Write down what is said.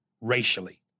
racially